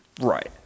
Right